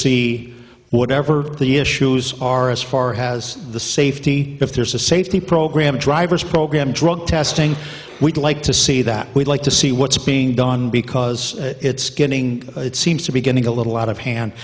see whatever the issues are as far as the safety if there's a safety program drivers program drug testing we'd like to see that we'd like to see what's being done because it's getting it seems to be getting a little out of hand